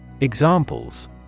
Examples